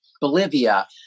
bolivia